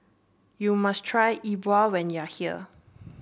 you must try E Bua when you are here